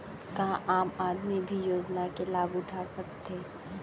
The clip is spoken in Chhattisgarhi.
का आम आदमी भी योजना के लाभ उठा सकथे?